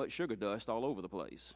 much sugar dust all over the police